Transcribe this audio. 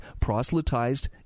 proselytized